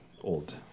old